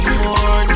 more